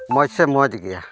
ᱢᱚᱡᱽ ᱥᱮ ᱢᱚᱡᱽ ᱜᱮᱭᱟ